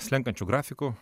slenkančiu grafiku